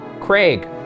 Craig